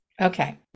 Okay